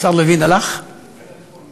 אני פה.